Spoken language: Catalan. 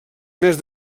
més